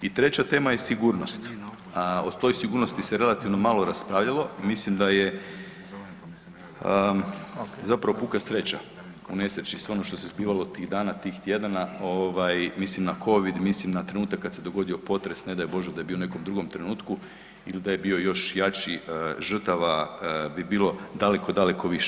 I treća tema je sigurnost, a o toj sigurnosti se relativno malo raspravljalo, mislim da je zapravo puka sreća u nesreći, sve ono što se zbivalo tih dana, tih tjedana, mislim na Covid, mislim na trenutak kad se dogodio potres, ne daj Bože da je bio u nekom drugom trenutku ili da je bio još jači, žrtava bi bilo daleko, daleko više.